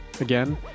Again